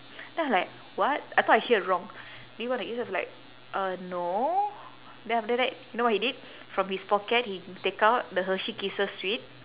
then I'm like what I thought I hear wrong do you want a I was like uh no then after that you know what he did from his pocket he take out the hershey kisses sweet